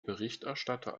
berichterstatter